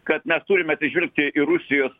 kad mes turime atsižvelgti į rusijos